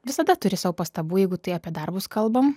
visada turi sau pastabų jeigu tai apie darbus kalbam